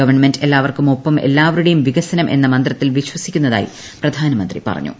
government എല്ലാവർക്കും ഒപ്പം എല്ലാവരുടേയും വികസനം എന്ന മന്ത്രത്തിൽ വിശ്വസിക്കുന്നതായി പ്രധാനമന്ത്രി പറഞ്ഞു